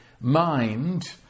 mind